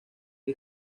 que